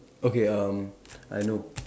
okay um I know